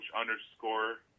underscore